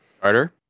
Carter